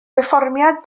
perfformiad